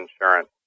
insurance